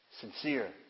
sincere